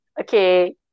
Okay